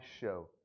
show